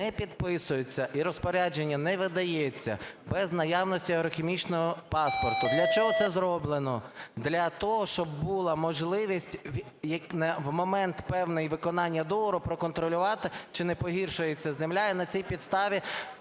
не підписуються і розпорядження не видається без наявності агрохімічного паспорту. Для чого це зроблено? Для того, щоб була можливість в певний момент виконання договору проконтролювати чи не погіршується земля і на цій підставі